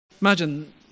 Imagine